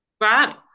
right